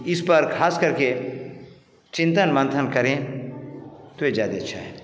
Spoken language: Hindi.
इस पर खास करके चिंतन मंथन करें तो